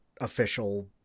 official